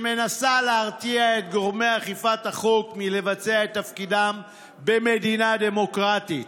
שמנסה להרתיע את גורמי אכיפת החוק מלבצע את תפקידם במדינה דמוקרטית.